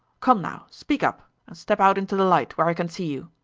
come now, speak up, and step out into the light, where i can see you.